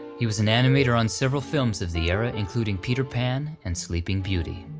he was an animator on several films of the era, including peter pan, and sleeping beauty.